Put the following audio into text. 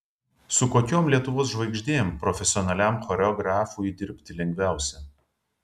su kokiom lietuvos žvaigždėm profesionaliam choreografui dirbti lengviausia